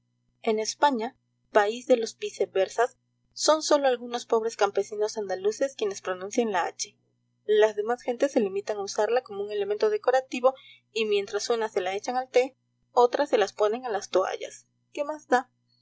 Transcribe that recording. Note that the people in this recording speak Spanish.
en españa país de los viceversas son sólo algunos pobres campesinos andaluces quienes pronuncian la hache las demás gentes se limitan a usarla como un elemento decorativo y mientras unas se la echan al te otras se la ponen a las toallas qué más da